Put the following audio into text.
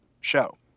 show